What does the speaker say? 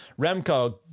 Remco